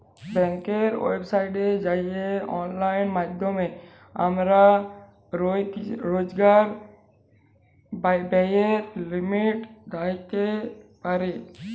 ব্যাংকের ওয়েবসাইটে যাঁয়ে অললাইল মাইধ্যমে আমরা রইজকার ব্যায়ের লিমিট দ্যাইখতে পারি